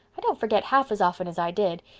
i don't forget half as often as i did.